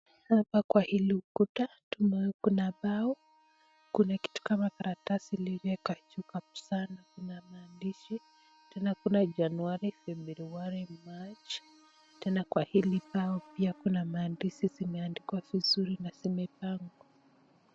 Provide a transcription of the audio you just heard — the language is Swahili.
Hapa kwa hili ukuta kuna bao kuna kitu kama karatasi limewekwa juu kabisaa na maandishi, tena kuna January, February ,March ,tena kwa hili bao pia kuna maandishi zimeandikwa vizuri na zimepangwa.